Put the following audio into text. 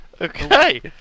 Okay